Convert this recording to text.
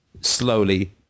slowly